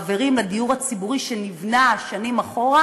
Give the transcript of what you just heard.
חברים, לדיור הציבורי, שנבנה שנים אחורה,